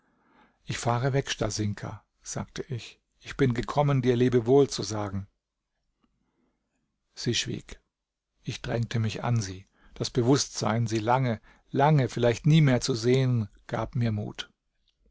ich fahre weg stasinka sagte ich ich bin gekommen dir lebewohl zu sagen sie schwieg ich drängte mich an sie das bewußtsein sie lange lange vielleicht nie mehr zu sehen gab mir mut